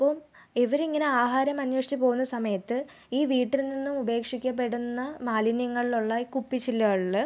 അപ്പം ഇവരിങ്ങനെ ആഹാരം അന്വേഷിച്ച് പോവുന്ന സമയത്ത് ഈ വീട്ടിൽ നിന്നും ഉപേക്ഷിക്കപ്പെടുന്ന മാലിന്യങ്ങളിലുള്ള കുപ്പിച്ചില്ലുകളിൽ